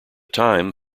time